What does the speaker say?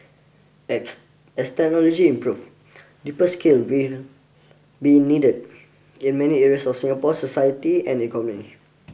ex as technology improves deeper skills will be needed in many areas of Singapore's society and economy